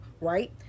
right